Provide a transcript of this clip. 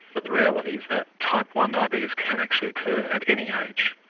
but the reality is that type one diabetes can actually occur at any age.